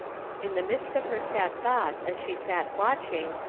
in the midst of her sad thoughts as she sat watching,